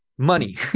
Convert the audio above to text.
Money